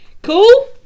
Cool